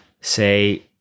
say